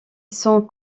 sont